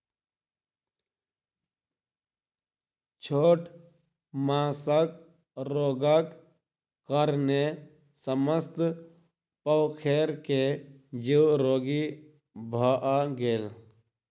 छोट माँछक रोगक कारणेँ समस्त पोखैर के जीव रोगी भअ गेल